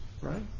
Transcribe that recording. right